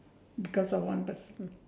because of one person